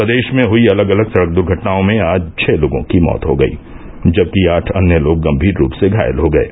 प्रदेष में हयी अलग अलग सड़क द्र्घटनाओं में आज छः लोगों की मृत्यू हो गयी जबकि आठ अन्य लोग गम्भीर रूप से घायल हो गये